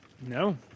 No